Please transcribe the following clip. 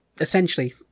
Essentially